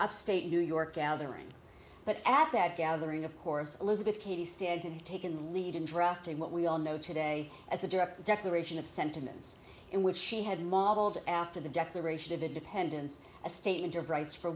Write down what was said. upstate new york gathering but at that gathering of course elizabeth cady stanton had taken the lead in drafting what we all know today as a direct declaration of sentiments in which she had modeled after the declaration of independence a statement of rights for